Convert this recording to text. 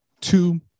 Two